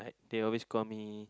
right they always call me